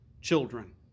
children